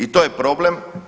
I to je problem.